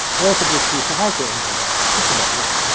or if it received a hardware interrupt. that's about it.